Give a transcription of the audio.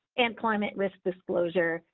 employment with disclosure,